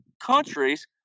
countries